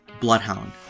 bloodhound